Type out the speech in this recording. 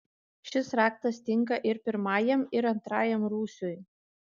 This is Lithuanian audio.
šis raktas tinka ir pirmajam ir antrajam rūsiui